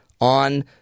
on